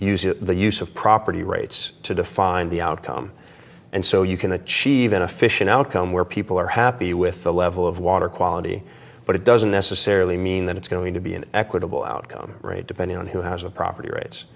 using the use of property rights to define the outcome and so you can achieve in a fish an outcome where people are happy with the level of water quality but it doesn't necessarily mean that it's going to be an equitable outcome depending on who has the property r